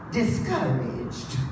discouraged